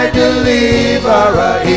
deliverer